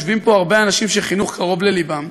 יושבים הרבה אנשים שחינוך קרוב ללבם,